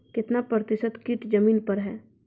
कितना प्रतिसत कीट जमीन पर हैं?